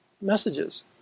messages